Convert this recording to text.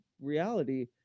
reality